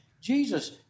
Jesus